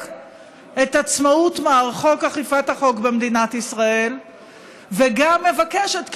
את עצמאות מערכות אכיפת החוק במדינת ישראל וגם מבקשת,